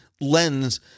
lens